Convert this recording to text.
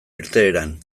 irteeran